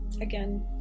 again